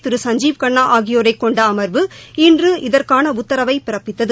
திரு சஞ்சீவ் கன்னா ஆகியோரைக் கொண்ட அமர்வு இன்று இதற்கான உத்தரவை பிறப்பித்தது